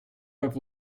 have